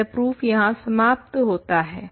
अतः प्रूफ यहाँ समाप्त होता है